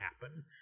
happen